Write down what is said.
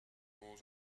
walls